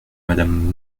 madame